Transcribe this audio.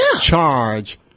charge